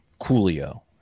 Coolio